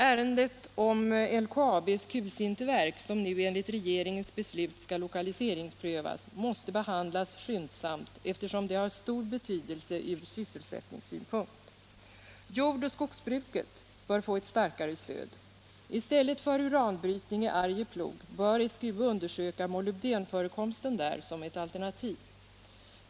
Ärendet om LKAB:s kulsinterverk, som nu enligt regeringens beslut skall lokaliseringsprövas, måste behandlas skyndsamt eftersom det har stor betydelse från sysselsättningssynpunkt. Jord och skogsbruket bör få ett starkare stöd. I stället för uranbrytning i Arjeplog bör SGU undersöka molybdenförekomsten där, som ett alternativ.